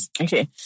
Okay